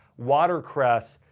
watercress,